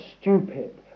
stupid